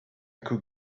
could